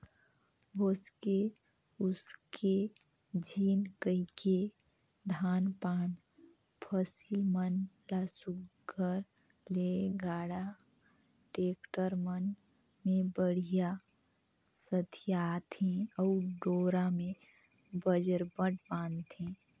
भोसके उसके झिन कहिके धान पान फसिल मन ल सुग्घर ले गाड़ा, टेक्टर मन मे बड़िहा सथियाथे अउ डोरा मे बजरबट बांधथे